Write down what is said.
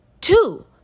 Two